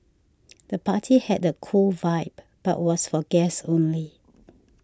the party had a cool vibe but was for guests only